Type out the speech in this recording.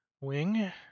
wing